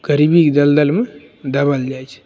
गरिबीके दलदलमे दबल जाइ छै